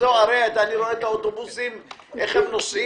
הרי אני רואה איך האוטובוסים נוסעים.